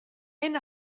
hyn